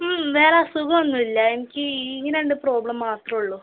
വേറെ അസുഖമൊന്നുല്ല എനിക്ക് ഈ രണ്ട് പ്രോബ്ലം മാത്രേയുള്ളു